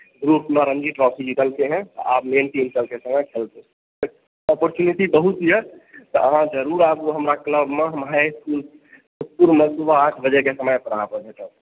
group में Ranji trophy जीतलकै हँ आब मेन टीम सबकें संगे खेलतै ऑपर्टूनिटी बहुत यऽ तऽ अहाँ जरूर आबू हमरा क्लबमे हम हाइ इस्कूल सुतपुरमे सुबह आठ बजेके समय पर अहाँकें भेटब